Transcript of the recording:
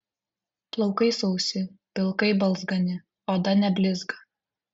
plaukai sausi pilkai balzgani oda neblizga